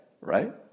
right